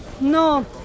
No